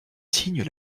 signes